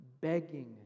begging